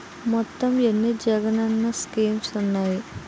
మొత్తం ఎన్ని జగనన్న స్కీమ్స్ ఉన్నాయి?